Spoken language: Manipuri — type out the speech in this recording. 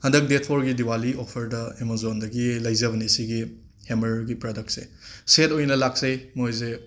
ꯍꯟꯗꯛ ꯗꯦꯠ ꯐꯣꯔꯒꯤ ꯗꯤꯋꯥꯂꯤ ꯑꯣꯐꯔꯗ ꯑꯃꯖꯣꯟꯗꯒꯤ ꯂꯩꯖꯕꯅꯤ ꯑꯁꯤꯒꯤ ꯍꯦꯃꯔꯒꯤ ꯄ꯭ꯔꯗꯛꯁꯦ ꯁꯦꯠ ꯑꯣꯏꯅ ꯂꯥꯛꯆꯩ ꯃꯣꯏꯁꯦ